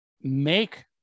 make